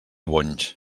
bonys